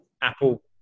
Apple